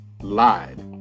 Lied